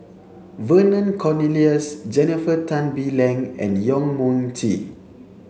Vernon Cornelius Jennifer Tan Bee Leng and Yong Mun Chee